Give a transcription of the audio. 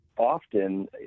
often